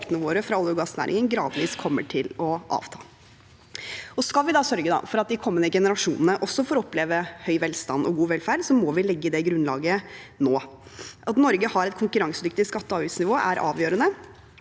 våre fra olje- og gassnæringen gradvis kommer til å avta. Skal vi sørge for at de kommende generasjonene også får oppleve høy velstand og god velferd, må vi legge det grunnlaget nå. At Norge har et konkurransedyktig skatte- og avgiftsnivå, er avgjørende.